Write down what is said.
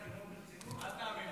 טוב.